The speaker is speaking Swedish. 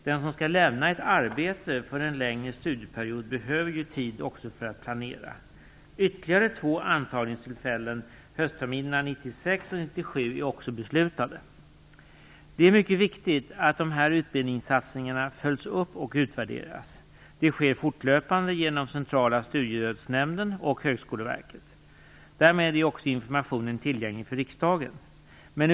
Den som skall lämna ett arbete för en längre studieperiod behöver också tid för att planera. Det är mycket viktigt att utbildningssatsningarna följs upp och utvärderas. Det sker fortlöpande genom Därmed är också informationen tillgänglig för riksdagen.